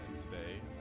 today